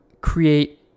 create